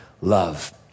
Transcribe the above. love